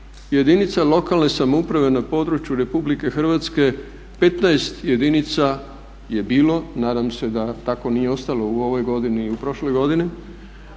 jedinica lokalne samouprave na području RH 15 jedinica je bilo, nadam se da tako nije ostalo u ovoj godini i u prošloj godini,